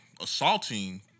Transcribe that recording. assaulting